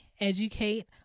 educate